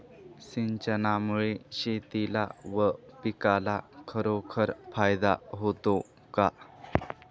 सिंचनामुळे शेतीला व पिकाला खरोखर फायदा होतो का?